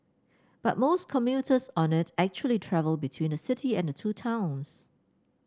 but most commuters on it actually travel between the city and the two towns